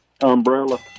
Umbrella